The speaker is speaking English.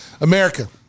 America